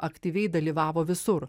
aktyviai dalyvavo visur